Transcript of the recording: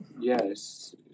Yes